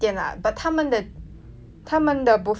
他们的 buffet special 的店是 right